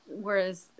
whereas